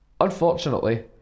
Unfortunately